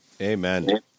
Amen